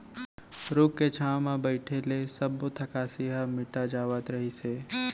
रूख के छांव म बइठे ले सब्बो थकासी ह मिटा जावत रहिस हे